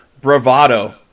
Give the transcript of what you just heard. bravado